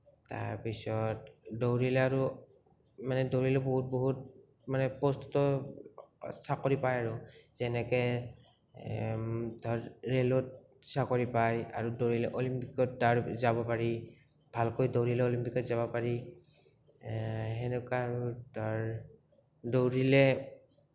তাৰপিছত দৌৰিলে আৰু মানে দৌৰিলে বহুত বহুত মানে পষ্টো চাকৰি পায় আৰু যেনেকে ৰেলত চাকৰি পায় আৰু দৌৰিলে অলিম্পিকত যাব পাৰি ভালকৈ দৌৰিলে অলিম্পিকত যাব পাৰি সেনেকুৱা আৰু দৌৰিলে